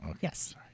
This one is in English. Yes